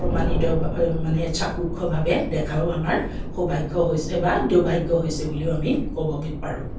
প্ৰমাণিত মানে চাক্ষুষভাৱে দেখাও আমাৰ সৌভাগ্য হৈছে বা দুভাগ্য হৈছে বুলিও আমি ক'ব বি পাৰোঁ